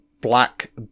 black